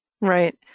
Right